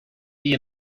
fee